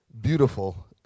beautiful